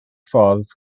ffordd